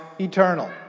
eternal